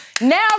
now